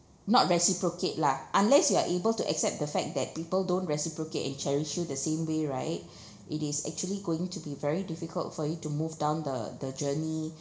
not reciprocate lah unless you are able to accept the fact that people don't reciprocate and cherish you the same way right it is actually going to be very difficult for you to move down the the journey